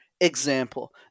Example